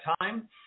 time